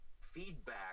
feedback